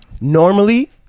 Normally